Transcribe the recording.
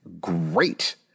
great